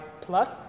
plus